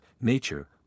nature